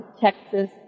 Texas